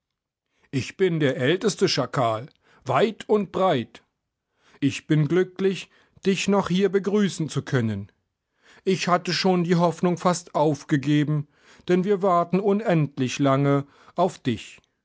ich bin der älteste schakal weit und breit ich bin glücklich dich noch hier begrüßen zu können ich hatte schon die hoffnung fast aufgegeben denn wir warten unendlich lange auf dich